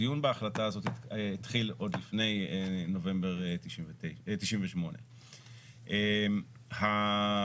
הדיון בהחלטה הזאת התחיל עוד לפני נובמבר 98'. לאחר